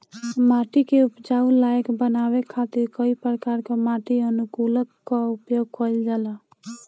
माटी के उपजाऊ लायक बनावे खातिर कई प्रकार कअ माटी अनुकूलक कअ उपयोग कइल जाला